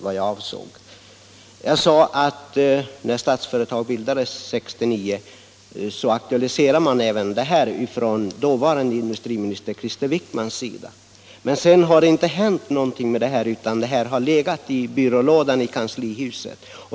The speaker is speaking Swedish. Jag sade att den dåvarande industriministern, Krister Wickman, aktualiserade även detta förslag när Statsföretag bildades 1969. Men sedan har det inte hänt någonting utan det har legat i en skrivbordslåda i kanslihuset.